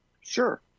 Sure